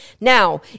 Now